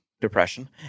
depression